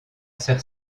sœur